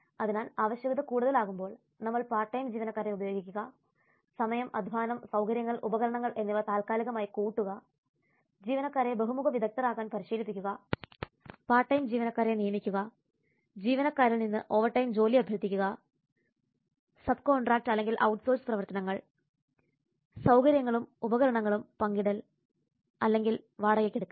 അതിനാൽ ആവശ്യകത കൂടുതലാകുമ്പോൾ നമ്മൾ പാർട്ട് ടൈം ജീവനക്കാരെ ഉപയോഗിക്കുക സമയം അധ്വാനം സൌകര്യങ്ങൾ ഉപകരണങ്ങൾ എന്നിവ താൽക്കാലികമായി കൂട്ടുക ജീവനക്കാരെ ബഹുമുഖ വിദഗ്ധർ ആക്കാൻ പരിശീലിപ്പിക്കുക പാർട്ട് ടൈം ജീവനക്കാരെ നിയമിക്കുക ജീവനക്കാരിൽ നിന്ന് ഓവർടൈം ജോലി അഭ്യർത്ഥിക്കുക സബ് കോൺട്രാക്റ്റ് അല്ലെങ്കിൽ ഔട്ട്സോഴ്സ് പ്രവർത്തനങ്ങൾ സൌകര്യങ്ങളും ഉപകരണങ്ങളും പങ്കിടൽ അല്ലെങ്കിൽ വാടകയ്ക്ക് എടുക്കൽ